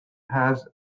has